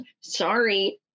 sorry